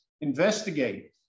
investigate